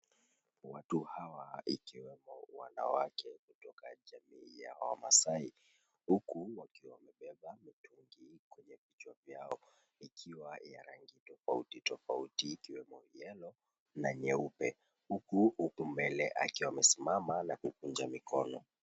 Watu hawa ikiwemo wanawake kutoka jamii ya Wamaasai huku wakiwa wamebeba mitungi kwenye vichwa vyao ikiwa ya rangi tofauti tofauti ikiwemo yellow na nyeupe. Huku, huku mbele akiwa amesimama na kukunja mikono.